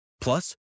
Plus